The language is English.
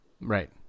Right